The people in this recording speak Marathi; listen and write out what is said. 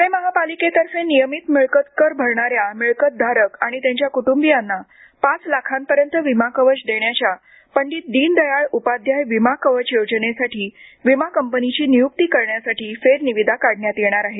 प्णे महापालिकेतर्फे नियमित मिळकतकर भरणाऱ्या मिळकत धारक आणि त्यांच्या कुटुंबियांना पाच लाखांपर्यंत विमा कवच देण्याच्या पंडीत दिनदयाळ उपाध्याय विमा कवच योजनेसाठी विमा कंपनीची नियुक्ती करण्यासाठी फेरनिविदा काढण्यात येणार आहे